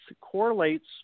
correlates